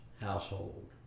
Household